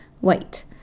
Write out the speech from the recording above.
White